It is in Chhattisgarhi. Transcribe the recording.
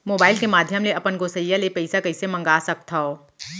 मोबाइल के माधयम ले अपन गोसैय्या ले पइसा कइसे मंगा सकथव?